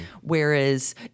Whereas